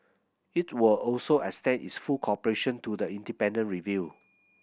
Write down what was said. it will also extend its full cooperation to the independent review